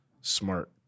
smart